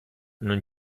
non